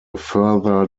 further